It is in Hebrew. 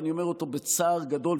ואני אומר אותו בצער גדול,